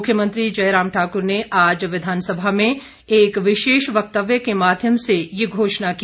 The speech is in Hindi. मुख्यमंत्री जयराम ठाक्र ने आज विधानसभा में एक विशेष वक्तव्य के माध्यम से ये घोषणा की